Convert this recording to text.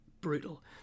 brutal